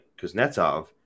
Kuznetsov